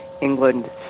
England